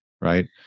right